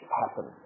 happen